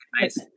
nice